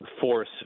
force